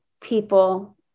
people